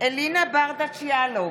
אלינה ברדץ' יאלוב,